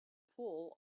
pull